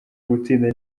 gutsinda